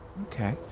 Okay